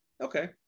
Okay